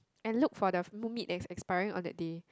and look for the meat meat that is expiring on that day